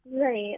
Right